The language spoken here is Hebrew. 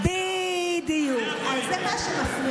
פוליטי זה להמציא